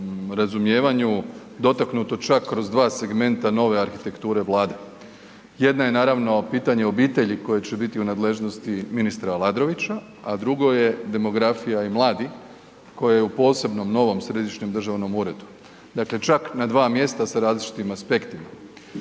razumijevanju dotaknuto čak kroz 2 segmenta nove arhitekture Vlade. Jedna je naravno, pitanje obitelji koja će biti u nadležnosti ministra Aladrovića, a drugo je demografija i mladi koje je u posebnom, novom središnjem državnom uredu. Dakle čak na dva mjesta s različitim aspektima.